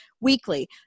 weekly